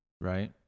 right